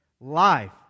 life